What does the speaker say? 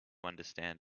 understand